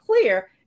clear